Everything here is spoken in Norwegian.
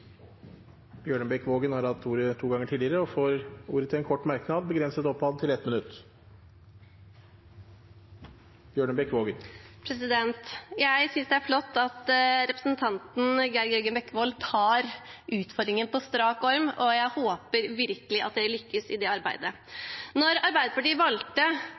har hatt ordet to ganger tidligere og får ordet til en kort merknad, begrenset til 1 minutt. Jeg synes det er flott at representanten Geir Jørgen Bekkevold tar utfordringen på strak arm, og jeg håper virkelig at de lykkes i det arbeidet. Når Arbeiderpartiet valgte